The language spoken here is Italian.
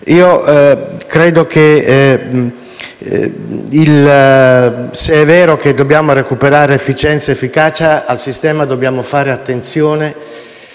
a coprire. Se è vero che dobbiamo recuperare efficienza ed efficacia del sistema, dobbiamo fare attenzione